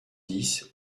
dix